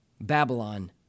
Babylon